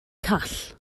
call